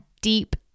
deep